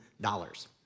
dollars